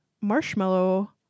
marshmallow